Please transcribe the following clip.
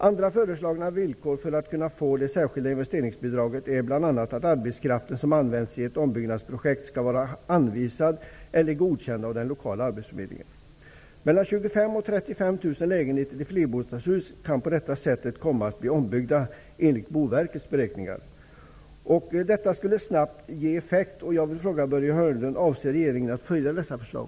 Andra föreslagna villkor för att man skall kunna få det föreslagna investeringsbidraget är bl.a. att den arbetskraft som används i ett ombyggnadsprojekt skall vara anvisad eller godkänd av den lokala arbetsförmedlingen. Mellan 25 000 och 35 000 lägenheter i flerbostadshus kan på detta sätt enligt Boverkets beräkningar komma att bli ombyggda. Detta skulle snabbt ge effekt.